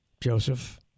Joseph